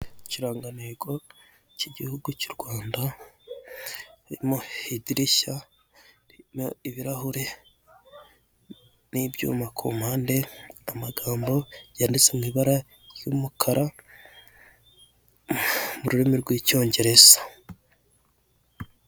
Ikirangantego cy'igihugu cy'u Rwanda, harimo idirishya, ibirahure, n'ibyuma ku mpande kumagambo yanditse y'umukara mu rurimi rw'icyongereza.